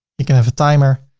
you can have a timer.